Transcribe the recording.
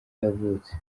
yavutse